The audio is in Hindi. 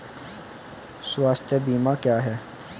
स्वास्थ्य बीमा क्या है?